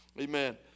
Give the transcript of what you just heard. Amen